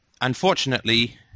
unfortunately